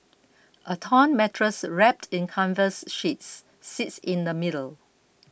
a torn mattress wrapped in canvas sheets sits in the middle